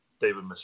David